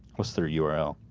what's through yeah url?